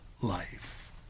life